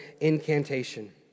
incantation